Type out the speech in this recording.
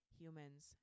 humans